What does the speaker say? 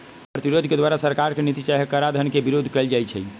प्रतिरोध के द्वारा सरकार के नीति चाहे कराधान के विरोध कएल जाइ छइ